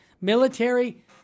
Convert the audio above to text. military